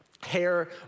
hair